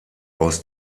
aus